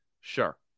Sure